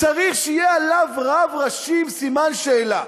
צריך שיהיה לו רב ראשי עם סימן שאלה?